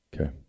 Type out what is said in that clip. Okay